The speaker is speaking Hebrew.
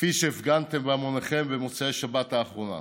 כפי שהפגנתם בהמוניכם במוצאי השבת האחרונה.